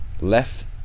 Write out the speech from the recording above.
left